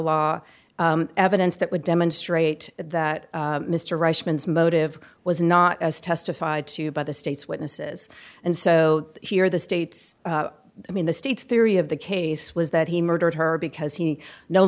law evidence that would demonstrate that mr rush means motive was not as testified to by the state's witnesses and so here the state's i mean the state's theory of the case was that he murdered her because he no